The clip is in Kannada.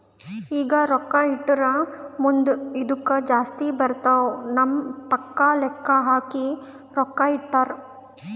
ಈಗ ರೊಕ್ಕಾ ಇಟ್ಟುರ್ ಮುಂದ್ ಇದ್ದುಕ್ ಜಾಸ್ತಿ ಬರ್ತಾವ್ ನಮ್ ಪಪ್ಪಾ ಲೆಕ್ಕಾ ಹಾಕಿ ರೊಕ್ಕಾ ಇಟ್ಟಾರ್